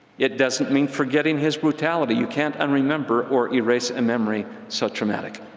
it doesn't mean forgetting his brutality. you can't un-remember or erase a memory so traumatic.